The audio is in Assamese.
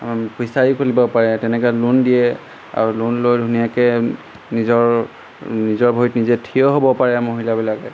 ফিচাৰি খুলিব পাৰে তেনেকৈ লোন দিয়ে আৰু লোন লৈ ধুনীয়াকৈ নিজৰ নিজৰ ভৰিত নিজে থিয় হ'ব পাৰে মহিলাবিলাকে